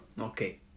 Okay